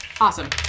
Awesome